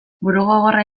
burugogorra